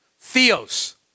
Theos